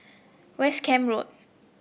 West Camp Road